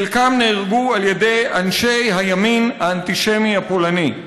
חלקם נהרגו על ידי אנשי הימין האנטישמי הפולני.